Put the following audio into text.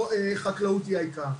שחקלאות היא העיקר.